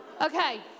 Okay